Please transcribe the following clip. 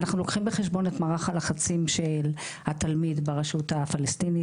אנחנו לוקחים את מערך הלחצים של התלמיד ברשות הפלסטינית,